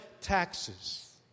taxes